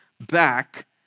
back